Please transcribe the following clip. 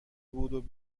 بود